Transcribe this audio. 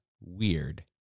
weird